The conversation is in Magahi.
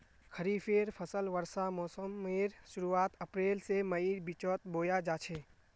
खरिफेर फसल वर्षा मोसमेर शुरुआत अप्रैल से मईर बिचोत बोया जाछे